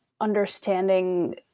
understanding